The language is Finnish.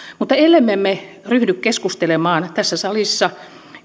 mutta meidän tulisi ryhtyä keskustelemaan tässä salissa